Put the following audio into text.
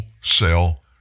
cell